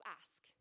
ask